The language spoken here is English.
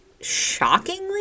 shockingly